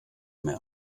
mehr